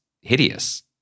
hideous